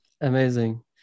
Amazing